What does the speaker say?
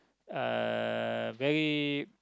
uh very